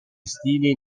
stili